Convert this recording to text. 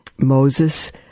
Moses